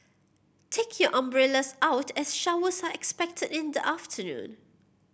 take your umbrellas out as showers are expected in the afternoon